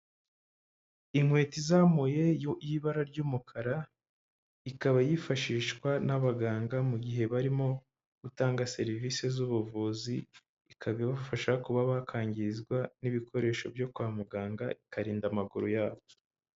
Inkweto izamuye y'ibara ry'umukara, ikaba yifashishwa n'abaganga mu gihe barimo gutanga serivisi z'ubuvuzi, ikaba ibafasha kuba bakangizwa n'ibikoresho byo kwa muganga, ikarinda amaguru yabo.